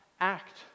act